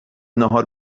ناهار